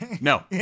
No